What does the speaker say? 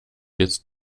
jetzt